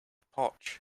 potch